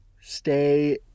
stay